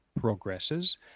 progresses